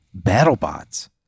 BattleBots